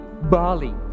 Bali